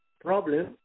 problem